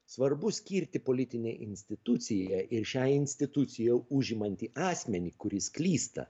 svarbu skirti politinę instituciją ir šią instituciją užimantį asmenį kuris klysta